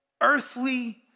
Earthly